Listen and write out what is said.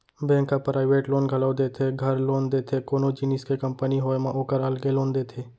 bank ह private loan घलौ देथे, घर लोन देथे, कोनो जिनिस के कंपनी होय म ओकर अलगे लोन देथे